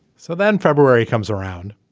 so then february comes around,